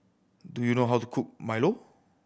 do you know how to cook milo